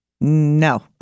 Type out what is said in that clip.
No